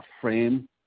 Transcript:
frame